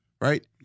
right